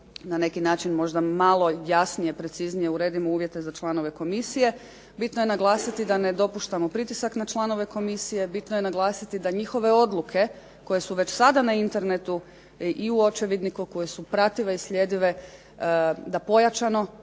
na neki način možda malo jasnije, preciznije uredimo uvjete za članove Komisije. Bitno je naglasiti da ne dopuštamo pritisak na članove Komisije, bitno je naglasiti da njihove odluke koje su već sada na Internetu i u očevidniku koje su pratile i slijedile da pojačano